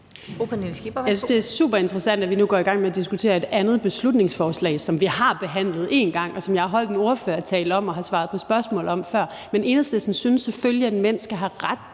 det er super interessant, at vi nu går i gang med at diskutere et andet beslutningsforslag, som vi har behandlet en gang, og som jeg har holdt en ordførertale om og har svaret på spørgsmål om før. Men i Enhedslisten synes vi selvfølgelig, at mænd skal have ret